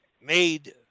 made